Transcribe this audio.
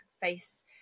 face